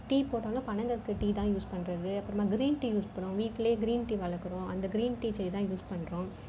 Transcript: tea போட்டாலும் பனங்கற்கண்டு tea தான் யூஸ் பண்ணுறது அப்புறமா கிரீன் டீ யூஸ் பண்ணுவோம் வீட்டிலேயே கிரீன் டீ வளர்க்குறோம் அந்த கிரீன் டீ செடி தான் யூஸ் பண்ணுறோம்